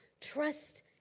trust